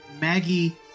Maggie